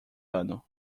ano